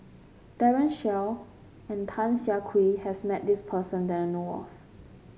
Daren Shiau and Tan Siah Kwee has met this person that I know of